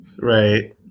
Right